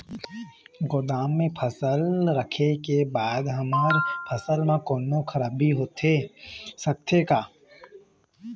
गोदाम मा फसल रखें के बाद हमर फसल मा कोन्हों खराबी होथे सकथे का?